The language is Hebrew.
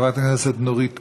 חברת הכנסת נורית קורן,